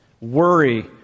Worry